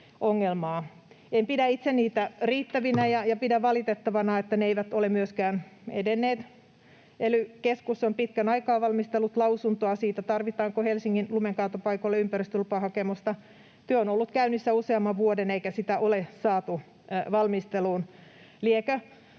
En pidä itse niitä riittävinä ja pidän valitettavana, että ne eivät ole myöskään edenneet. Ely-keskus on pitkän aikaa valmistellut lausuntoa siitä, tarvitaanko Helsingin lumenkaatopaikoille ympäristölupahakemusta. Työ on ollut käynnissä useamman vuoden, eikä sitä ole saatu valmiiksi.